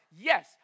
Yes